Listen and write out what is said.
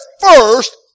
first